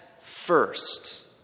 first